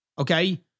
okay